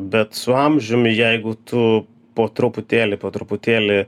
bet su amžiumi jeigu tu po truputėlį po truputėlį